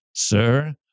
sir